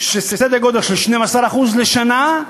בסדר גודל של 12% לשנה,